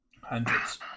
Hundreds